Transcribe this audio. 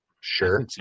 Sure